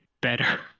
better